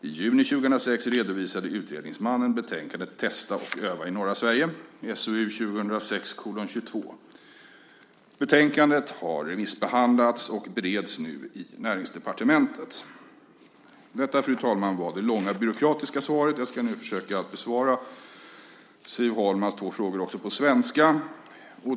I juni 2006 redovisade utredningsmannen betänkandet Testa och öva i norra Sverige . Betänkandet har remissbehandlats och bereds nu i Näringsdepartementet. Fru talman! Detta var det långa byråkratiska svaret. Jag ska nu försöka att besvara Siv Holmas två frågor också på svenska.